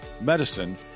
medicine